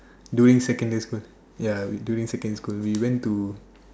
during secondary school ya during secondary school we went to